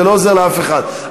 זה לא עוזר לאף אחד.